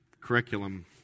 curriculum